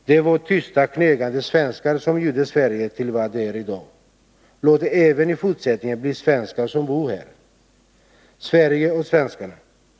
Det var tysta knegande svenskar som gjorde Sverige till vad det är i dag: Låt det även i fortsättningen bli svenskar som bor här. Sverige åt svenskarna.